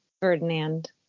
Ferdinand